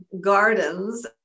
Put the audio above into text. gardens